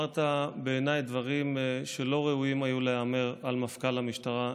בעיניי אמרת דברים שלא היו ראויים להיאמר על מפכ"ל המשטרה,